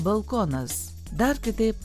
balkonas dar kitaip